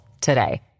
today